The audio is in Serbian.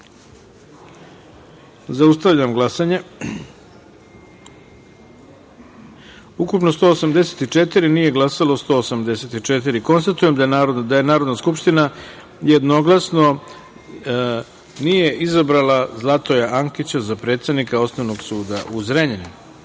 Terzić. Zaustavljam glasanje. Ukupno 184, nije glasalo 184.Konstatujem da Narodna skupština jednoglasno nije izabrala Zlatoja Ankića za predsednika Osnovnog suda u